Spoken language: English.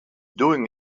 doing